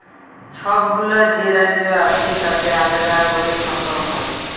ছবগুলা যে রাজ্য আছে তাতে আলেদা ক্যরে ফসল হ্যয়